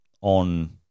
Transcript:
on